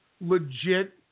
legit